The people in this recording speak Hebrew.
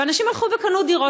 ואנשים קנו דירות.